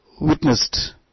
witnessed